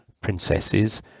princesses